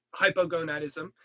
hypogonadism